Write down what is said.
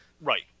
Right